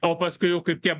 o paskui kaip tie